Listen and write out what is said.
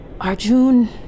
Arjun